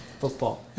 Football